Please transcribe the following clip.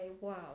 wow